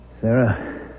Sarah